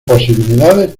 posibilidades